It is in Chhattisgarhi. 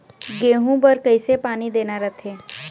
गेहूं बर कइसे पानी देना रथे?